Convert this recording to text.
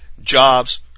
jobs